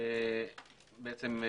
יש